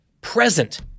present